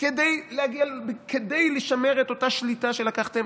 כדי לשמר את אותה שליטה שלקחתם